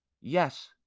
Yes